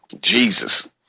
Jesus